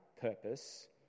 purpose